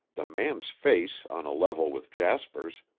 the man's face, on a level with jasper's,